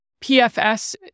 PFS